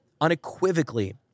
unequivocally